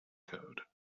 code